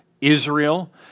Israel